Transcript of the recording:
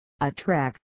Attract